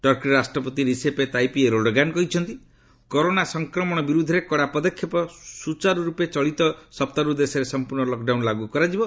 ଟର୍କିର ରାଷ୍ଟ୍ରପତି Recep Tayyip Erdogan କହିଛନ୍ତି corona ସଂକ୍ରମଣ ବିରୁଦ୍ଧରେ କଡ଼ା ପଦକ୍ଷେପ ସ୍ୱରୂପ ଚଳିତ ସପ୍ତାହରୁ ଦେଶରେ ସମ୍ପୂର୍ଣ୍ଣ ଲକ୍ଡାଉନ୍ ଲାଗୁ କରାଯିବ